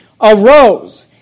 arose